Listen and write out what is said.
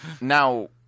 Now